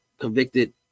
convicted